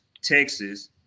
Texas